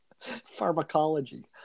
Pharmacology